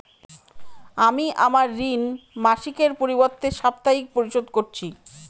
আমি আমার ঋণ মাসিকের পরিবর্তে সাপ্তাহিক পরিশোধ করছি